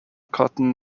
cotton